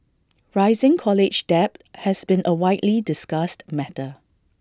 rising college debt has been A widely discussed matter